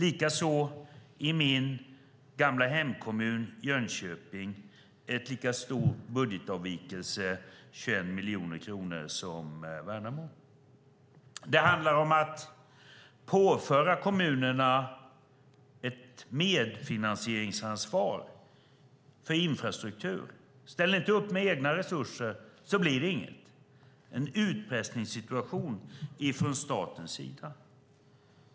I min gamla hemkommun Jönköping får man en lika stor budgetavvikelse som Värnamo, 21 miljoner kronor. Det handlar om att påföra kommunerna ett medfinansieringsansvar för infrastruktur. Ställer man inte upp med egna resurser blir det inget. Det är en utpressningssituation från statens sida.